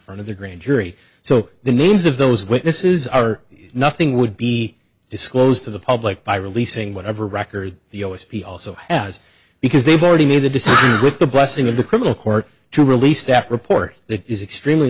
front of the grand jury so the names of those witnesses are nothing would be disclosed to the public by releasing whatever records the o s b also has because they've already made the decision with the blessing of the criminal court to release that report that is extremely